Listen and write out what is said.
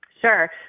Sure